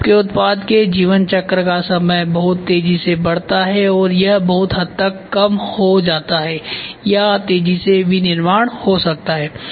तो आपके उत्पाद के जीवन चक्र का समय बहुत तेज़ी से बढ़ता है या यह बहुत हद तक कम हो जाता है या तेजी से विनिर्माण हो सकता है